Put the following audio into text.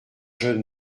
jeunes